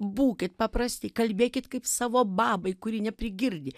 būkit paprasti kalbėkit kaip savo babai kuri neprigirdi